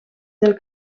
del